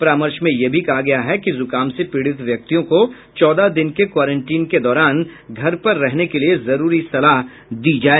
परामर्श में यह भी कहा गया है कि जुकाम से पीड़ित व्यक्तियों को चौदह दिन के क्वारंटीन के दौरान घर पर रहने के लिये जरूरी सलाह दी जाए